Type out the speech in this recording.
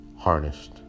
Harnessed